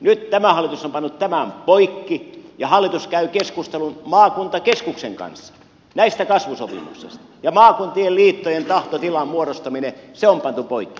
nyt tämä hallitus on pannut tämän poikki ja hallitus käy keskustelun maakuntakeskuksen kanssa näistä kasvusopimuksista ja maakuntien liittojen tahtotilan muodostaminen on pantu poikki